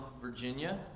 Virginia